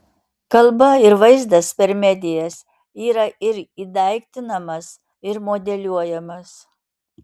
kalba ir vaizdas per medijas yra ir įdaiktinamas ir modeliuojamas